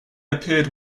appeared